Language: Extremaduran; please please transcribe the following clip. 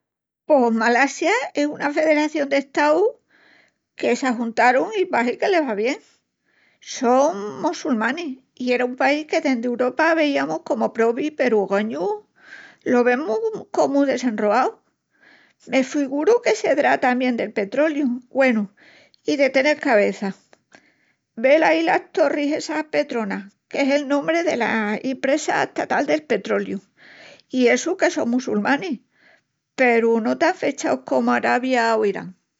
Pos Malasia es una federación d'Estaus que s'ajuntarun i pahi que les va bien. Son mossulmanis i era un país que dendi Uropa víamus comu probi peru ogañu lo vemus comu desenroau. Me figuru que sedrá tamién del petroliu, güenu, i de tenel cabeça. Velái las Torris essas Petronas, qu'es el nombri dela impresa estatal de petroliu. I essu, que son mossulmanis peru no tan fechaus comu Arabia o Irán.